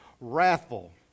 wrathful